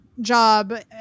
job